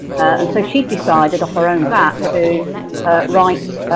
and so she decided off her own back to write